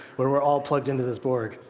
where we're all plugged into this borg?